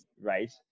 right